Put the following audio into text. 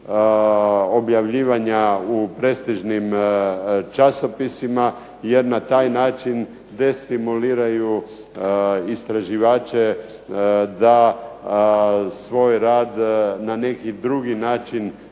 objavljivanja u prestižnim časopisima jer na taj način destimuliraju istraživače da svoj rad na neki drugi način